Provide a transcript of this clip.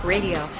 Radio